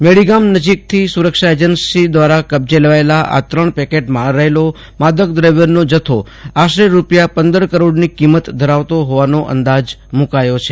જોડીગામ નજીકથી સુરક્ષા એજ્સી દ્રારા કબ્જે લેવાયેલા આ ત્રણ પેકેટમાં રહેલો માદક દ્રવ્યનો જથ્થો આશરે રૂપિયા પંદર કરોડની કિંમત ધરાવતો હોવાનો અંદાજ મુકાયો છે